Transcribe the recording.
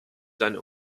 seine